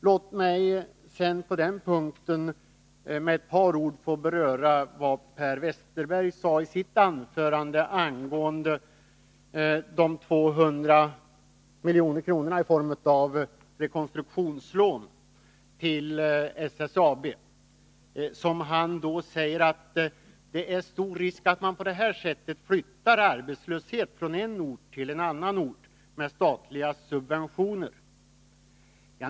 Låt mig så med några ord beröra vad Per Westerberg sade i sitt anförande angående de 200 miljonerna i form av rekonstruktionslån till SSAB. Han säger att det är stor risk att man på det här sättet flyttar arbetslöshet från en ort till en annan med statliga subventioner.